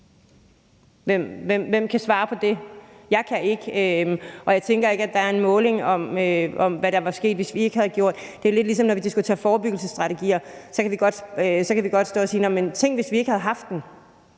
Hvem kan svare på det? Jeg kan ikke, og jeg tænker ikke, at der er en måling af, hvad der var sket, hvis vi ikke havde gjort det. Det er lidt, som når vi diskuterer forebyggelsesstrategier. Så kan vi godt stå og sige: Tænk, hvis vi ikke havde haft den,